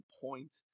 point